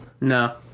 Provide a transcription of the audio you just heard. No